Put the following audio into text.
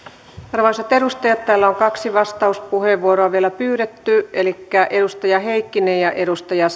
arvoisat edustajat täällä on kaksi vastauspuheenvuoroa vielä pyydetty elikkä edustaja heikkiseltä ja edustaja